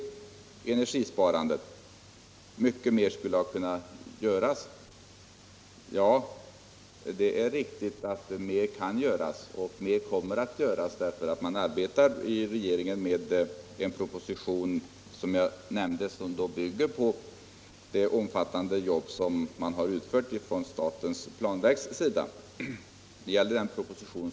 Vad gäller energisparandet skulle mycket mer ha kunnar göras, sade Birgitta Dahl. Ja, det är riktigt att mer kan göras och mer kommer att göras, eftersom regeringen, som jag nämnt, arbetar på en proposition som bygger på den omfattande genomgång som statens planverk utfört.